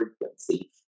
frequency